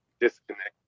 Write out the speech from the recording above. disconnect